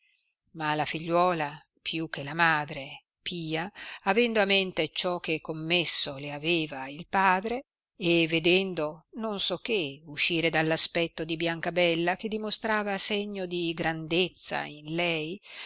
ma la figliuola più che la madre pia avendo a mente ciò che commesso le aveva il padre e vedendo non so che uscire dall aspetto di biancabella che dimostrava segno di grandezza in lei